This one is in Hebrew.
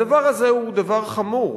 הדבר הזה הוא דבר חמור.